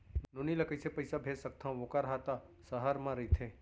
नोनी ल कइसे पइसा भेज सकथव वोकर हा त सहर म रइथे?